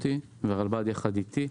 והרלב"ד יחד איתי,